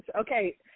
Okay